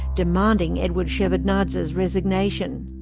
demanding eduard shevardnadze's resignation.